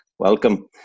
Welcome